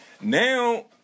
now